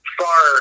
far